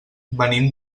venim